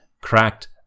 cracked